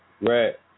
right